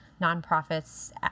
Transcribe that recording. nonprofits